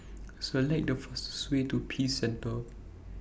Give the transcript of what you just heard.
Select The fastest Way to Peace Centre